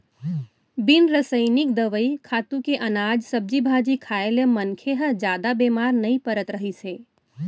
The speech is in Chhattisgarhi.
बिन रसइनिक दवई, खातू के अनाज, सब्जी भाजी खाए ले मनखे ह जादा बेमार नइ परत रहिस हे